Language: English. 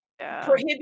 Prohibit